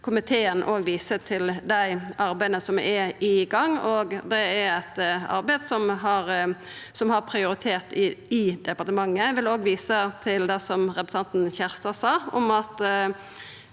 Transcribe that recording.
komiteen òg viser til dei arbeida som er i gang. Det er eit arbeid som har prioritet i departementet. Eg vil òg visa til det representanten Kjerstad sa, om at